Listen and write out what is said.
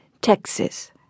texas